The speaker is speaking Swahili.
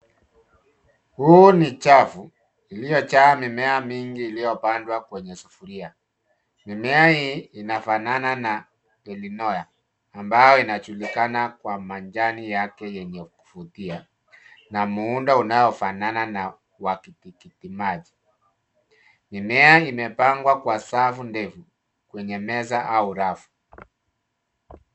Huu ni chafu, iliojaa mimea mingi iliyojaa iliyopandwa kwenye sufuria. Mimea hii inafanana na ilinoya ambayo inajulikana kwa majani yake yenye kuvutia. Na muundo unaofanana na wa tikitimaji. Mimea imepangwa kwa safu ndefu, kwenye meza au rafu.